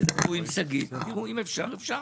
תדברו עם שגית ותראו אם אפשר, אפשר.